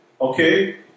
okay